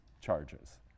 charges